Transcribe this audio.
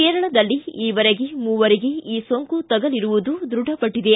ಕೇರಳದಲ್ಲಿ ಈವರೆಗೆ ಮೂವರಿಗೆ ಈ ಸೋಂಕು ತಗುಲಿರುವುದು ದೃಢವಟ್ಟಿದೆ